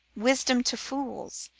wisdom to fools,